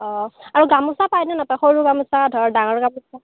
অ' আৰু গামোচা পায় নে নাপায় সৰু গামোচা ধৰ ডাঙৰ গামোচা